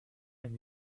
and